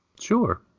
Sure